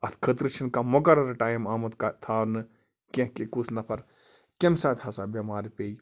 اَتھ خٲطرٕ چھِنہٕ کانٛہہ مُقَرَر ٹایم آمُت کَہ تھاونہٕ کیٚنٛہہ کہِ کُس نَفَر کَمہِ ساتہٕ ہَسا بٮ۪مار پے